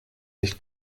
nicht